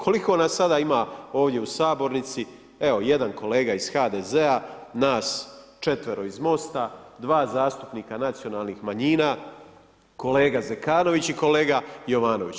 Koliko nas sada ima ovdje u sabornici, evo jedan kolega iz HDZ-a, nas četvero iz MOST-a, 2 zastupnika nacionalnih manjina, kolega Zekanović i kolega Jovanović.